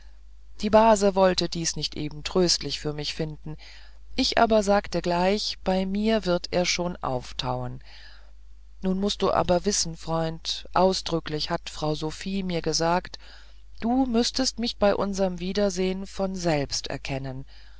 die base wollte dies nicht eben tröstlich für mich finden ich aber sagte gleich bei mir wird er schon auftauen nun mußt du aber wissen freund ausdrücklich hatte frau sophie mir gesagt du müßtest mich bei unserm wiedersehn von selbst erkennen